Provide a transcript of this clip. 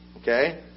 Okay